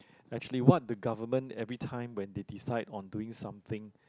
actually what the government every time when they decide on doing something